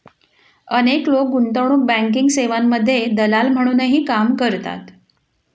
अनेक लोक गुंतवणूक बँकिंग सेवांमध्ये दलाल म्हणूनही काम करतात